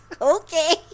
okay